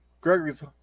Gregory's